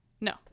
No